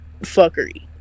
fuckery